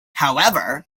however